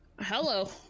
Hello